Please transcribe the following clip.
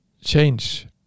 change